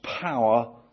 power